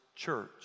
church